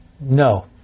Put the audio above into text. No